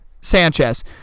Sanchez